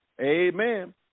amen